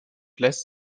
lässt